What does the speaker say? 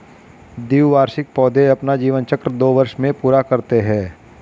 द्विवार्षिक पौधे अपना जीवन चक्र दो वर्ष में पूरा करते है